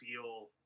feel